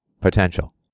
potential